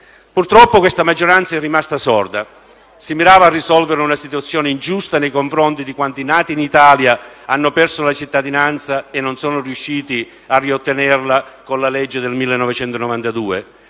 Purtroppo la maggioranza è rimasta sorda; si mirava a risolvere una situazione ingiusta nei confronti di quanti nati in Italia hanno perso la cittadinanza e non sono riusciti a riottenerla con la legge del 1992.